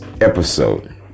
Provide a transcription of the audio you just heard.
episode